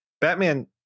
Batman